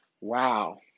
wow